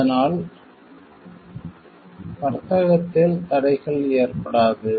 அதனால் வர்த்தகத்தில் தடைகள் ஏற்படாது